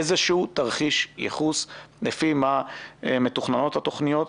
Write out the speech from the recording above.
איזשהו תרחיש ייחוס לפי מה מתוכננות התוכניות,